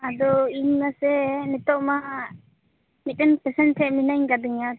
ᱟᱫᱚ ᱤᱧ ᱢᱟᱥᱮ ᱱᱤᱛᱳᱜ ᱢᱟ ᱢᱤᱫᱴᱮᱱ ᱯᱮᱥᱮᱱᱴ ᱴᱷᱮᱱ ᱢᱤᱱᱟᱹᱧ ᱠᱟᱫᱤᱧᱟ